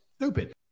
Stupid